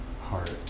heart